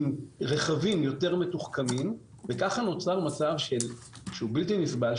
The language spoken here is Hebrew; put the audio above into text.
עם רכבים יותר מתוחכמים וככה נוצר מצב שהוא בלתי נסבל,